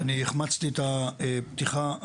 אני החמצתי את הפתיחה,